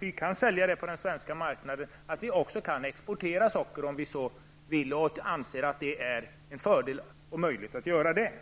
Vi kan sälja det på den svenska marknaden, men vi kan också exportera socker om det är en fördel att göra det.